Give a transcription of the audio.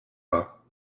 pas